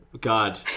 God